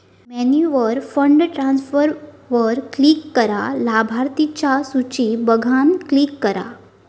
मेन्यूवर फंड ट्रांसफरवर क्लिक करा, लाभार्थिंच्या सुची बघान क्लिक करा